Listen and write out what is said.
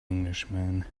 englishman